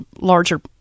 larger